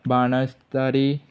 Banastari